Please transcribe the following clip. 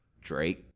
Drake